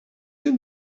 you